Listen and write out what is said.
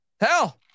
hell